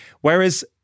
Whereas